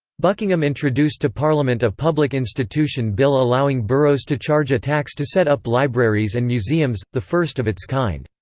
buckingham introduced to parliament a public institution bill allowing boroughs to charge a tax to set up libraries and museums, the first of its kind.